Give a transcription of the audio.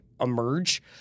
emerge